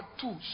two